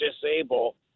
disable—